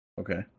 Okay